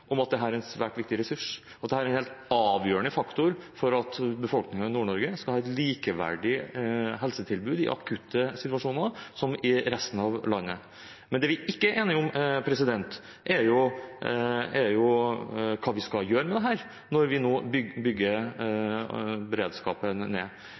at dette er en svært viktig ressurs, at dette er en helt avgjørende faktor for at befolkningen i Nord-Norge skal ha et likeverdig helsetilbud i forhold til resten av landet i akutte situasjoner. Men det vi ikke er enige om, er hva vi skal gjøre med dette når man nå bygger beredskapen ned.